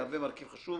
יהווה מרכיב חשוב